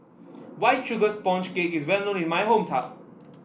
White Sugar Sponge Cake is well known in my hometown